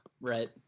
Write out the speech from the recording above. Right